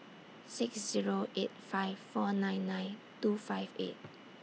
six Zero eight five four nine nine two five eight